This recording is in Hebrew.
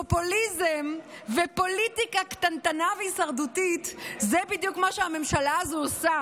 פופוליזם ופוליטיקה קטנטנה והישרדותית זה בדיוק מה שהממשלה הזו עושה.